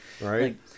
Right